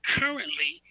currently